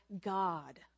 God